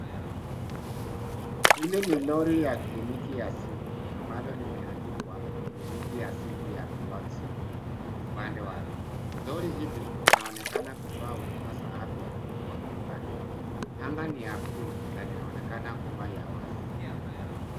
Hili ni lori ya kliniki ya simu, ambalo limeandikwa Kliniki ya simu ya Beyond Zero upande wake. Lori hili, linaonekana kutoa huduma ya afya popote pale. Anga ni ya blue na linaonekana kuwa ya wazi.